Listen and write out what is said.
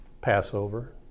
Passover